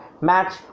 match